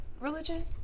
religion